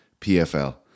pfl